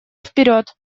вперед